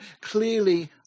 clearly